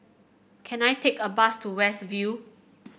can I take a bus to West View